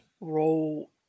role